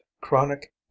Chronic